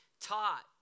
taught